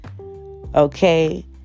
Okay